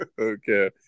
Okay